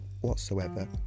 whatsoever